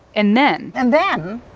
and then. and then,